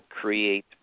create